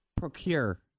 Procure